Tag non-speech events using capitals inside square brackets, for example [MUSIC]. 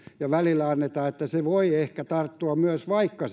ja välillä annetaan että se voi ehkä tarttua myös vaikka [UNINTELLIGIBLE]